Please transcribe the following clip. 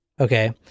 Okay